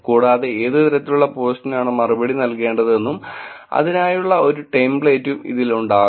കൂടാതെ ഏത് തരത്തിലുള്ള പോസ്റ്റിനാണ് മറുപടി നൽകേണ്ടതെന്നും അതിനായുള്ള ഒരു ടെംപ്ലേറ്റും ഇതിൽ ഉണ്ടാകും